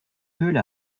höhle